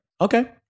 okay